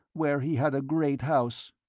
where he had a great house.